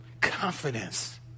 confidence